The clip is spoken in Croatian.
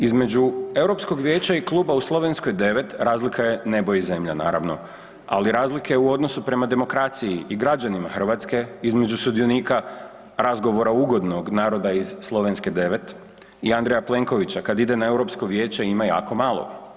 Između EU vijeća i kluba u Slovenskoj 9, razlika je nebo i zemlja, naravno, ali razlike u odnosu prema demokraciji i građanima Hrvatske između sudionika razgovora ugodnog naroda iz Slovenske 9 i Andreja Plenkovića kad ide na Europsko vijeće, ima jako malo.